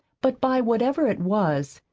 but by whatever it was,